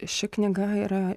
ši knyga yra